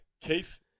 Keith